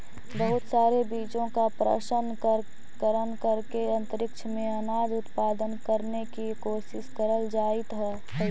बहुत सारे बीजों का प्रशन करण करके अंतरिक्ष में अनाज उत्पादन करने की कोशिश करल जाइत हई